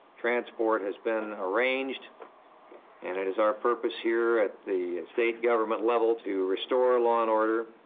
transport has been arranged. and it is our purpose here at the state government level to restore law and order,